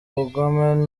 ubugome